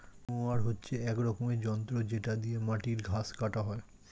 mower হচ্ছে এক রকমের যন্ত্র যেটা দিয়ে মাটির ঘাস কাটা হয়